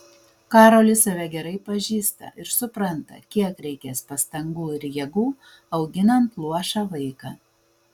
karolis save gerai pažįsta ir supranta kiek reikės pastangų ir jėgų auginant luošą vaiką